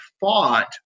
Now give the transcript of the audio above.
fought